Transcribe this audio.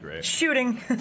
shooting